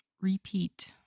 repeat